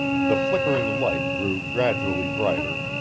the flickering light grew gradually brighter,